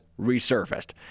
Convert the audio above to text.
resurfaced